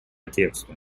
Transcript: тексту